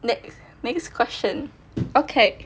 next next question okay